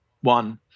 one